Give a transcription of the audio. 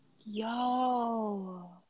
Yo